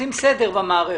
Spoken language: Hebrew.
עושים סדר במערכת.